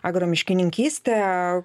agro miškininkystę